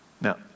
Now